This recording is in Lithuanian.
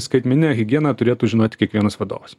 skaitmeninę higieną turėtų žinoti kiekvienas vadovas